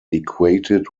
equated